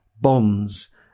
bonds